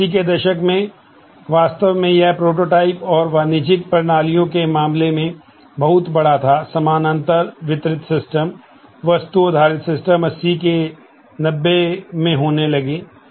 और 80 के दशक में वास्तव में यह प्रोटोटाइप और वाणिज्यिक प्रणालियों के मामले में बहुत बड़ा था समानांतर वितरित सिस्टम वस्तु आधारित सिस्टम 80 के 90 में होने लगे